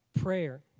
Prayer